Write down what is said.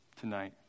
tonight